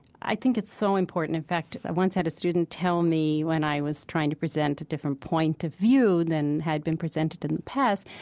i think it's so important. in fact, i once had a student tell me when i was trying to present a different point of view than had been presented in the past,